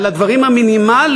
על הדברים המינימליים.